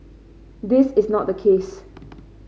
this is not the case